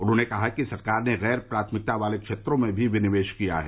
उन्होंने कहा कि सरकार ने गैर प्राथमिकता वाले क्षेत्रों में भी विनिवेश किया है